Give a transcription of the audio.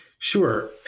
Sure